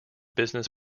business